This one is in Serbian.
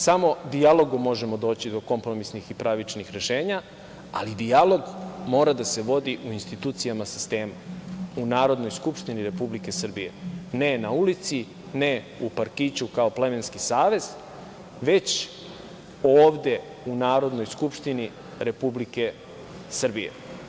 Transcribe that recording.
Samo dijalogom možemo doći do kompromisnih i pravničnih rešenja, ali dijalog mora da se vodi u institucijama sistema, u Narodnoj skupštini Republike Srbije, ne na ulici, ne u parkiću kao plemenski savez, već ovde u Narodnoj skupštini Republike Srbije.